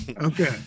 okay